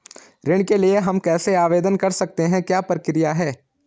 ऋण के लिए हम कैसे आवेदन कर सकते हैं क्या प्रक्रिया है?